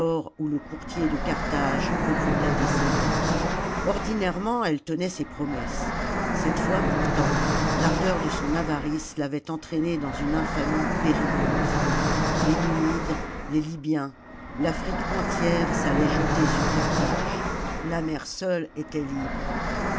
où le courtier de carthage recrutait des soldats ordinairement elle tenait ses promesses cette fois pourtant l'ardeur de son avarice l'avait entraînée dans une infamie périlleuse les numides les libyens l'afrique entière s'allait jeter sur carthage la mer seule était libre